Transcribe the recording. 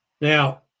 Now